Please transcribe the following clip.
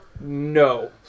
No